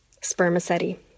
Spermaceti